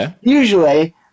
usually